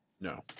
No